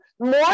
more